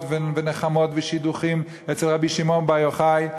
ונחמות ושידוכים אצל רבי שמעון בר יוחאי.